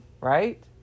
Right